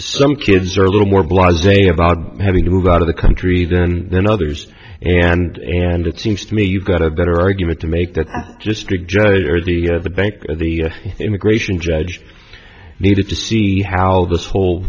some kids are a little more blah day about having to move out of the country then than others and and it seems to me you've got a better argument to make that just big generator is the banker the immigration judge needed to see how this whole